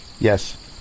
Yes